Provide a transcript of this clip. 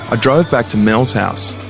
ah drove back to mel's house.